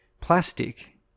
Plastic